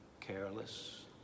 careless